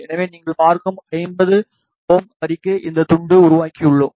எனவே நீங்கள் பார்க்கும் 50Ω வரிக்கு இந்த துண்டு உருவாக்கியுள்ளோம்